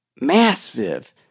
massive